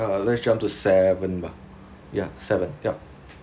uh let's jump to seven bah ya seven yup